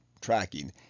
tracking